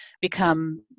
become